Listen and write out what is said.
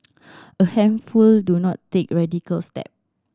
a handful do not take radical step